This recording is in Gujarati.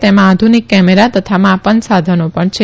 તેમાં આધુનિક કેમેરા તથા માપન સાધનો પણ છે